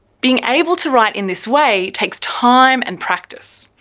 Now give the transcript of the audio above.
being able to write in this way takes time and practice.